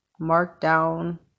markdown